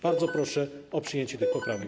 Bardzo proszę o przyjęcie tych poprawek.